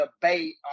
debate